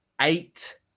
eight